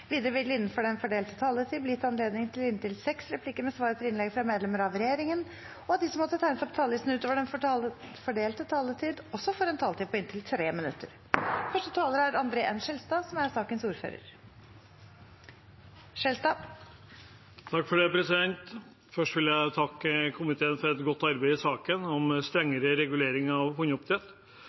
Videre vil det innenfor den fordelte taletid bli gitt anledning til replikkordskifte med inntil seks replikker med svar etter innlegg fra medlemmer av regjeringen. De som måtte tegne seg på talerlisten utover den fordelte taletiden, får også en taletid på inntil 3 minutter. Fra hund til fjell: Nå er det fjellandbruket som gjelder, og dette er et godt representantforslag om å styrke fjellandbruket og videreutvikle forskningsstasjonen Løken i Valdres. Gress- og beiteressurser i fjelltraktene våre og en videreutvikling av